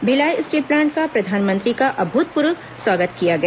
Bhilai steel plant का प्रधानमंत्री का अभूतपूर्व स्वागत किया गया